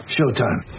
Showtime